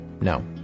No